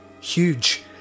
huge